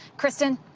kristen.